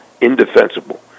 indefensible